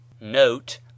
Note